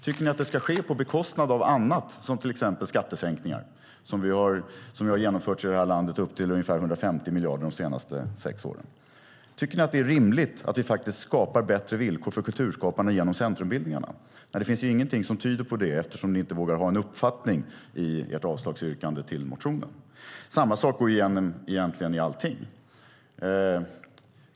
Tycker ni att det ska ske på bekostnad av annat, som till exempel skattesänkningar, som i det här landet har genomförts på upp till ungefär 150 miljarder de senaste sex åren. Tycker ni att det är rimligt att vi faktiskt skapar bättre villkor för kulturskaparna genom centrumbildningarna? Det finns ingenting som tyder på det eftersom ni inte vågar ha en uppfattning i ert avslagsyrkande på motionen. Samma sak går egentligen igen i allting.